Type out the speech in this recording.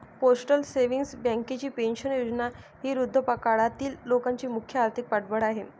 postal savings बँकेची पेन्शन योजना ही वृद्धापकाळातील लोकांचे मुख्य आर्थिक पाठबळ आहे